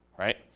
Right